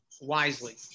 wisely